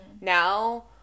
now